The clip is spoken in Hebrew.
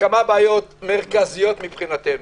כמה בעיות מרכזיות מבחינתנו.